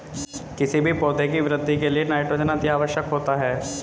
किसी भी पौधे की वृद्धि के लिए नाइट्रोजन अति आवश्यक होता है